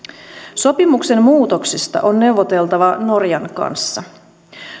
sopimuksen muutoksista on neuvoteltava norjan kanssa